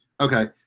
Okay